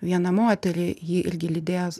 vieną moterį ji irgi lydėjos